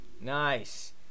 Nice